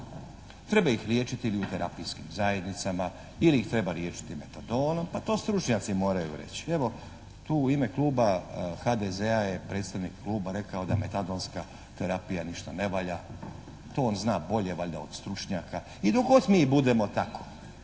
Treba ih liječiti ili u terapijskim zajednicama ili ih treba liječiti Metadonom. Pa to stručnjaci moraju reći. Evo tu u ime Kluba HDZ-a je predstavnik Kluba rekao da Metadonska terapija ništa ne valja. To on zna bolje valjda od stručnjaka. I dok god mi budemo tako